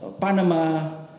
Panama